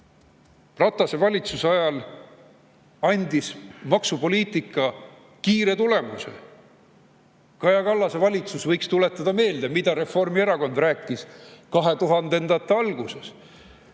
Ratase valitsuse ajal andis maksupoliitika kiire tulemuse. Kaja Kallase valitsus võiks tuletada meelde, mida Reformierakond rääkis 2000‑ndate alguses.